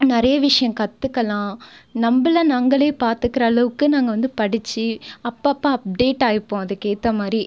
நிறைய விஷயம் கற்றுக்கலாம் நம்மள நாங்களே பார்த்துக்கிற அளவுக்கு நாங்கள் வந்து படித்து அப்பப்போ அப்டேட் ஆகிப்போம் அதுக்கேற்ற மாதிரி